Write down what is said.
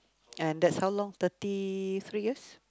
and that's how long thirty three years